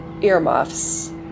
Earmuffs